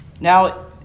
Now